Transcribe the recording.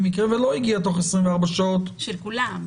במקרה שלא הגיע תוך 24 שעות --- של כולם.